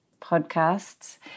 podcasts